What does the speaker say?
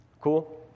Cool